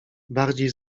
bardziej